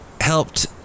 helped